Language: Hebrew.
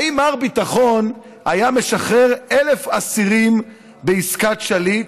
האם מר ביטחון היה משחרר 1,000 אסירים בעסקת שליט,